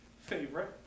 favorite